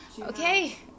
Okay